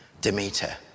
Demeter